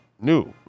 new